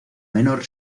menor